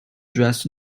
dressed